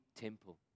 temple